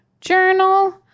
journal